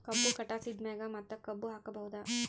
ಕಬ್ಬು ಕಟಾಸಿದ್ ಮ್ಯಾಗ ಮತ್ತ ಕಬ್ಬು ಹಾಕಬಹುದಾ?